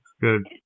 good